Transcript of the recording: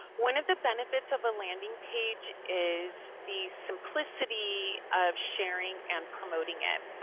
one of the benefits of a landing page is the simplicity of sharing and promoting it.